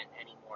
anymore